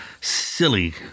silly